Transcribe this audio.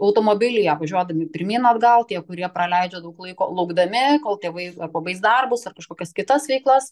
automobilyje važiuodami pirmyn atgal tie kurie praleidžia daug laiko laukdami kol tėvai ar pabaigs darbus ar kažkokias kitas veiklas